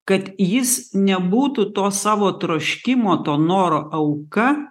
kad jis nebūtų to savo troškimo to noro auka